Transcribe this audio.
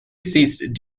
ceased